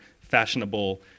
fashionable